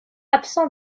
absents